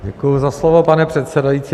Děkuji za slovo, pane předsedající.